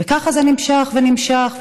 וככה זה נמשך ונמשך,